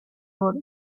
oro